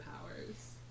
powers